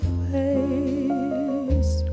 face